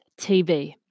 TV